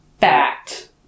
fact